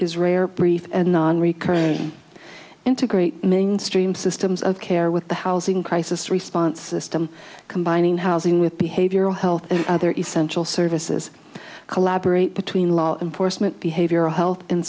is rare brief and non recurring integrate mainstream systems of care with the housing crisis response system combining housing with behavioral health and other essential services collaborate between law enforcement behavioral health and